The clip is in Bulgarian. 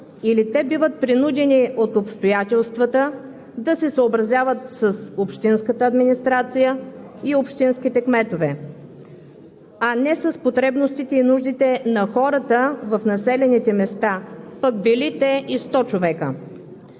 или те биват принудени от обстоятелствата да се съобразяват с общинската администрация и общинските кметове, а не с потребностите и нуждите на хората в населените места, пък били те и 100 човека.